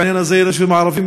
בעניין הזה היישובים הערביים,